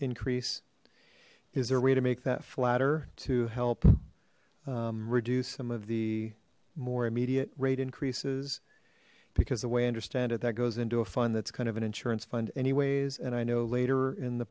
increase is there a way to make that flatter to help reduce some of the more immediate rate increases because the way understand it that goes into a fund that's kind of an insurance fund anyways and i know later in the